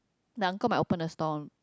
my uncle might open a store